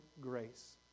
Grace